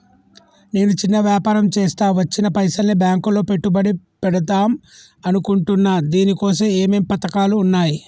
నేను చిన్న వ్యాపారం చేస్తా వచ్చిన పైసల్ని బ్యాంకులో పెట్టుబడి పెడదాం అనుకుంటున్నా దీనికోసం ఏమేం పథకాలు ఉన్నాయ్?